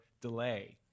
delay